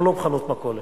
אנחנו לא חנות מכולת.